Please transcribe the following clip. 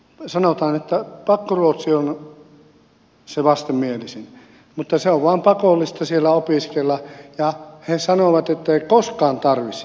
sanotaan että pakkoruotsi on se vastenmielisin mutta se on vain pakollista siellä opiskella ja he sanovat etteivät he koskaan tarvitse sitä